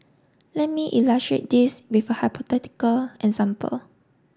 let me illustrate this with a hypothetical example